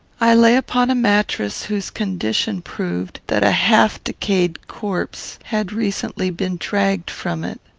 i lay upon a mattress, whose condition proved that a half-decayed corpse had recently been dragged from it.